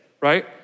right